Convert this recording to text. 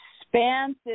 expansive